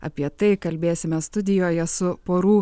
apie tai kalbėsime studijoje su porų